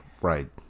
right